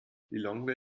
lilongwe